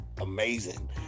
amazing